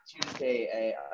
Tuesday